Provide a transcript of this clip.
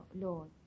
Lord